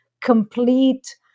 complete